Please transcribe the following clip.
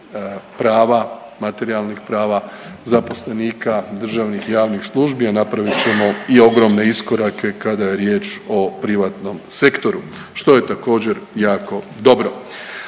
prava, materijalnih prava zaposlenika, državnih i javnih službi, a napravit ćemo i ogromne iskorake kada je riječ o privatnom sektoru što je također jako dobro.